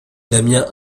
damien